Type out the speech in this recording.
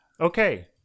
okay